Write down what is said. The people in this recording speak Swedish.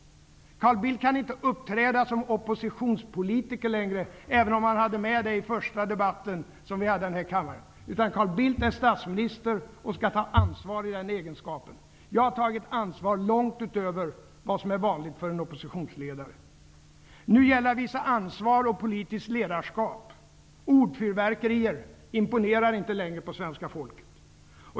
Carl Bildt kan inte uppträda som oppositionspolitiker längre, även om han hade med det i den första debatt som vi hade i kammaren. Carl Bildt är statsminister och skall ta ansvar i den egenskapen. Jag har tagit ansvar långt utöver vad som är vanligt för en oppositionsledare. Nu gäller det att visa ansvar och politiskt ledarskap. Ordfyrverkerier imponerar inte längre på svenska folket.